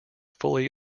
fully